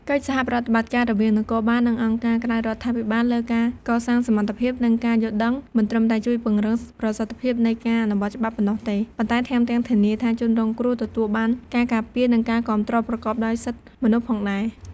កិច្ចសហប្រតិបត្តិការរវាងនគរបាល និងអង្គការក្រៅរដ្ឋាភិបាលលើការកសាងសមត្ថភាព និងការយល់ដឹង មិនត្រឹមតែជួយពង្រឹងប្រសិទ្ធភាពនៃការអនុវត្តច្បាប់ប៉ុណ្ណោះទេ ប៉ុន្តែថែមទាំងធានាថាជនរងគ្រោះទទួលបានការការពារ និងការគាំទ្រប្រកបដោយសិទ្ធិមនុស្សផងដែរ។